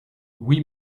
oui